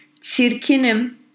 Çirkinim